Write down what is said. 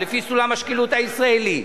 לפי סולם השקילות הישראלי.